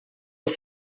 els